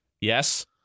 Yes